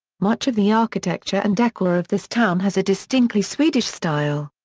much of the architecture and decor of this town has a distinctly swedish style.